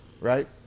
right